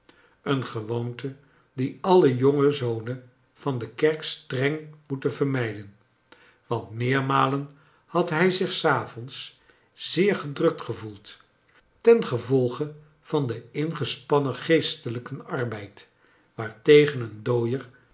een gewooate die alle joage z onen van de kerk s tr eag aioetea vermijden want meermalea had hij zica des avoads zeer gedrukt gevoeld teagevolge vaa den ingespaaaen geestelijken arbeid waartegen een dojer